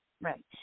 Right